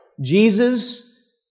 Jesus